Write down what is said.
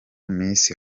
miss